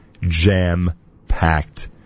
jam-packed